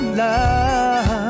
love